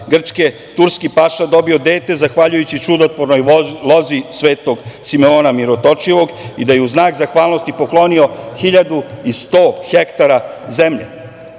Grčke, turski paša dobio dete zahvaljujući čudotvornoj lozi Svetog Simeona Mirotočivog i da je u znak zahvalnosti poklonio 1.100 hektara zemlje. Oduvek